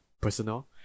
personal